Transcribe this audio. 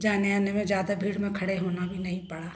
जाने आने में ज़्यादा भीड़ में खडे़ होना भी नहीं पड़ा